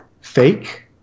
Fake